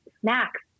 snacks